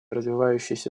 развивающиеся